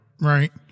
right